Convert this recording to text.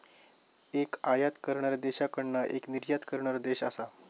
एक आयात करणाऱ्या देशाकडना एक निर्यात करणारो देश असा